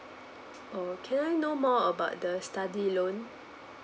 oh can I know more about the study loan